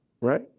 right